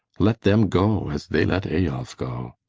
let them go as they let eyolf go.